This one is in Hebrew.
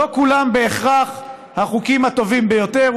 לא כולם בהכרח החוקים הטובים ביותר,